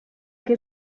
que